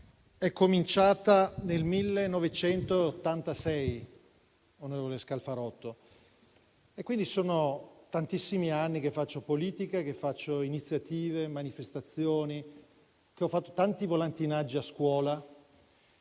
è cominciata nel 1986, onorevole Scalfarotto; sono quindi, tantissimi anni che faccio politica e organizzo iniziative e manifestazioni e ho fatto tanto volantinaggio a scuola.